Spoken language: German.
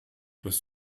das